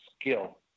skill